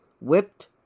whipped